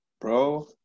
Bro